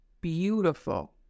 beautiful